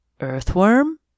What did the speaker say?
Earthworm